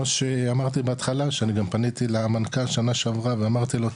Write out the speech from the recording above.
שאמרתי בהתחלה שאני גם פניתי למנכ"ל שנה שעברה ואמרתי לו,